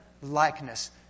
likeness